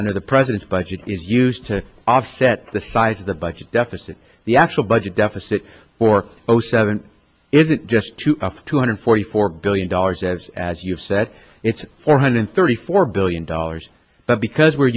under the president's budget is used to offset the size of the budget deficit the actual budget deficit or ocean haven't isn't just to off two hundred forty four billion dollars as as you've said it's four hundred thirty four billion dollars but because we're